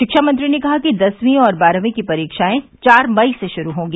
शिक्षामंत्री ने कहा कि दसवीं और बारहवीं की परीक्षाएं चार मई से शुरू होंगी